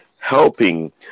helping